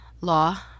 Law